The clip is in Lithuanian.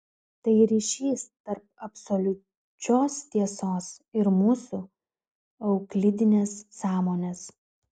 tai ryšys tarp absoliučios tiesos ir mūsų euklidinės sąmonės